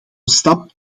stap